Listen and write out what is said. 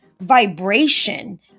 vibration